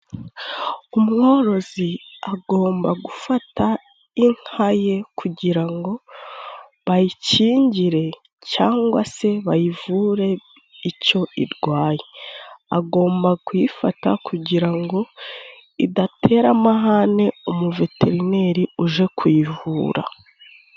Umworozi agomba gufata inka ye kugira ngo bayikingire, cyangwa se bayivure icyo irwaye, agomba kuyifata kugira ngo idatera amahane umuveterineri uje kuyivura.